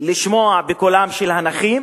לשמוע את קולם של הנכים